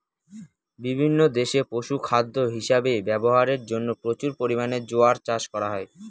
বিভিন্ন দেশে পশুখাদ্য হিসাবে ব্যবহারের জন্য প্রচুর পরিমাণে জোয়ার চাষ করা হয়